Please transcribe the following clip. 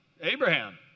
Abraham